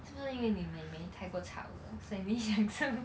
是不是因为你妹妹太够吵了所以你享受